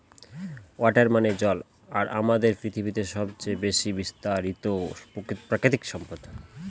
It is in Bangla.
ওয়াটার মানে জল আর আমাদের পৃথিবীতে সবচেয়ে বেশি বিস্তারিত প্রাকৃতিক সম্পদ